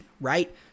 right